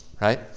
Right